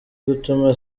gutuma